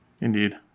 Indeed